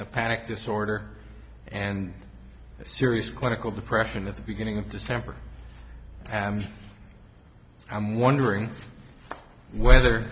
a panic disorder and a serious clinical depression at the beginning of december and i'm wondering whether